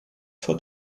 for